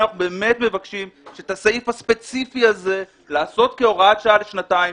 ולכן אנחנו מבקשים שאת הסעיף הספציפי הזה לעשות כהוראת שעה לשנתיים.